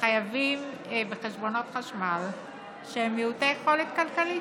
החייבים בחשבונות החשמל שהם מעוטי יכולת כלכלית,